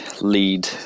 lead